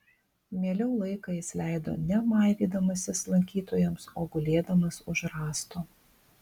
mieliau laiką jis leido ne maivydamasis lankytojams o gulėdamas už rąsto